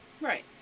right